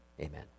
Amen